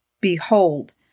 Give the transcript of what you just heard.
Behold